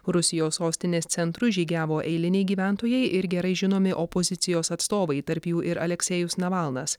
rusijos sostinės centru žygiavo eiliniai gyventojai ir gerai žinomi opozicijos atstovai tarp jų ir aleksejus navalnas